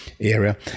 area